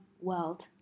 world